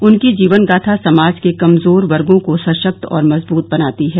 उनकी जीवन गाथा समाज के कमजोर वर्गों को सशक्त और मजबूत बनाती है